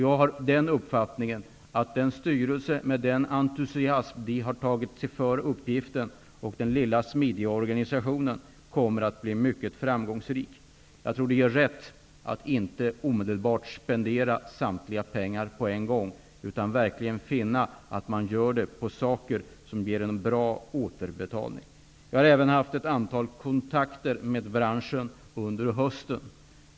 Jag har den uppfattningen att styrelsen med den entusiasm som den har tagit sig före sin uppgift och med den lilla och smidiga organisationen kommer att bli mycket framgångsrik. Jag tror att man gör rätt i att inte omedelbart spendera samtliga pengar, utan skall satsa dem på sådant som ger en bra återbetalning. Jag har även haft ett antal kontakter med branschen under hösten.